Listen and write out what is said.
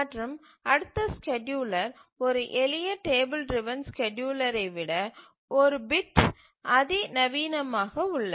மற்றும் அடுத்த ஸ்கேட்யூலர் ஒரு எளிய டேபிள் டிரவன் ஸ்கேட்யூலரை விட ஒரு பிட் அதிநவீனமாக உள்ளது